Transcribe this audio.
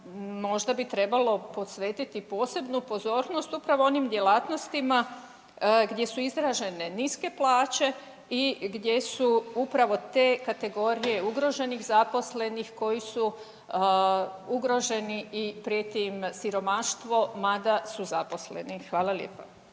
možda bi trebalo posvetiti posebnu pozornost upravo onim djelatnostima gdje su izražene niske plaće i gdje su upravo te kategorije ugroženih zaposlenih koji su ugroženi i prijeti im siromaštvo mada su zaposleni. Hvala lijepa.